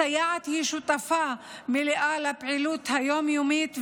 הסייעת היא שותפה מלאה לפעילות היום-יומית,